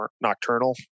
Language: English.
nocturnal